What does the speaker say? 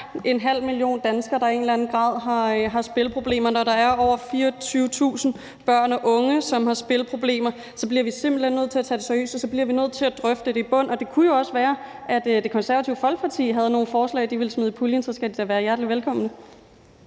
en halv million danskere, der i en eller anden grad har spilproblemer, når der er over 24.000 børn og unge, som har spilproblemer, bliver vi simpelt hen nødt til at tage det seriøst, og så bliver vi nødt til at drøfte det i bund. Og det kunne jo også godt være, at Det Konservative Folkeparti havde nogle forslag, de ville smide i puljen, og så skal de da være hjertelig velkomne.